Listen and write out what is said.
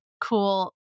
cool